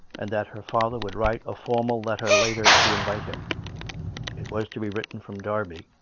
and that her father would write a formal letter later to invite him it was to be written from derby,